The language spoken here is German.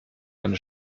eine